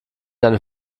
eine